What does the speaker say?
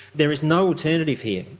there is no alternative here,